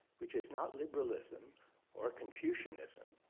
which is not liberalism or confucianism.